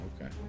okay